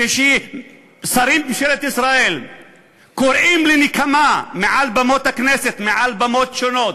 כאשר שרים בממשלת ישראל קוראים לנקמה מעל במת הכנסת ומעל במות שונות,